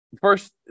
first